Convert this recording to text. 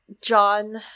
John